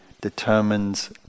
determines